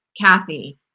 Kathy